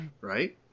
Right